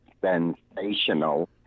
Sensational